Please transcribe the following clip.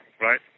right